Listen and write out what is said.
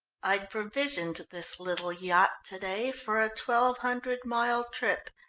i'd provisioned this little yacht to-day for a twelve hundred mile trip,